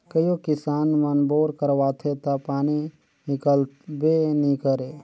कइयो किसान मन बोर करवाथे ता पानी हिकलबे नी करे